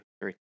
three